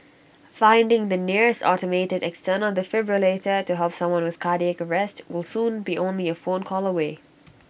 finding the nearest automated external defibrillator to help someone with cardiac arrest will soon be only A phone call away